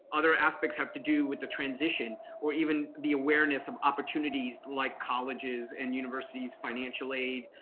other aspects have to do with the transition or even the awareness of opportunities like colleges and universities, financial aid,